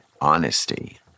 honesty